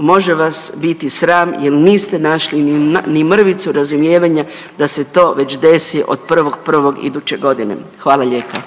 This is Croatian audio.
može vas biti sram jer niste našli ni mrvicu razumijevanja da se to već desi od 1.1. iduće godine. Hvala lijepa.